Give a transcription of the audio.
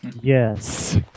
Yes